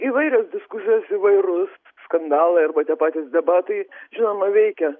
įvairios diskusijos įvairūs skandalai arba tie patys debatai žinoma veikia